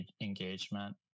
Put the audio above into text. engagement